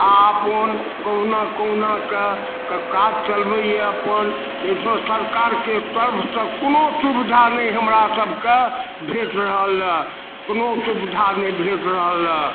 आ अपन कहुना कहुना कए तऽ काज चलबैए अपन सरकार के तर्फ सऽ कोनो सुविधा नै हमरा सबके भेट रहलए कोनो सुबिधा नै भेट रहलए